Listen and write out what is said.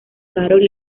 carol